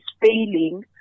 failing